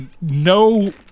no